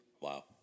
Wow